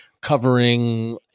covering